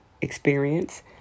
experience